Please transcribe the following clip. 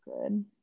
good